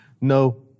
No